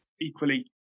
equally